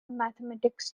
mathematics